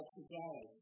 today